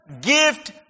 gift